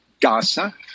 Gaza